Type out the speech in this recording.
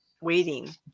waiting